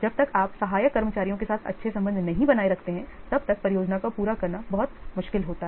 जब तक आप सहायक कर्मचारियों के साथ अच्छे संबंध नहीं बनाए रखते हैं तब तक परियोजना को पूरा करना बहुत मुश्किल होता है